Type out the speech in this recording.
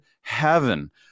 heaven